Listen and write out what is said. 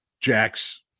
Jack's